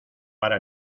para